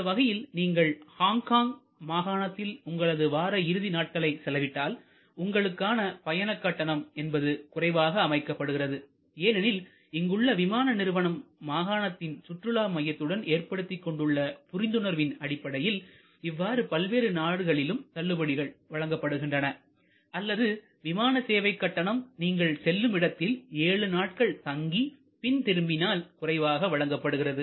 இந்த வகையில் நீங்கள் ஹாங்காங் மாகாணத்தில் உங்களது வார இறுதி நாட்களை செலவிட்டால் உங்களுக்கான பயண கட்டணம் என்பது குறைவாக அமைக்கப்படுகிறது ஏனெனில் இங்குள்ள விமான நிறுவனம் மாகாணத்தின் சுற்றுலா மையத்துடன் ஏற்படுத்திக் கொண்டுள்ள புரிந்துணர்வின் அடிப்படையில் இவ்வாறு பல்வேறு நாடுகளிலும் தள்ளுபடிகள் வழங்கப்படுகின்றன அல்லது விமான சேவை கட்டணம் நீங்கள் செல்லுமிடத்தில் 7 நாட்கள் தங்கி பின் திரும்பினால் குறைவாக வழங்கப்படுகிறது